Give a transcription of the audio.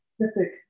specific